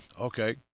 okay